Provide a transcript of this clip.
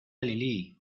lilí